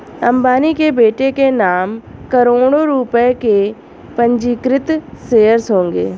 अंबानी के बेटे के नाम करोड़ों रुपए के पंजीकृत शेयर्स होंगे